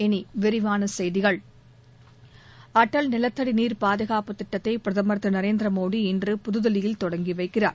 இனி விரிவான செய்திகள் ஆடல் நிலத்தடி நீர் பாதுகாப்புத் திட்டத்தை பிரதமர் திரு நரேந்திர மோடி இன்று புதுதில்லியில் தொடங்கி வைக்கிறார்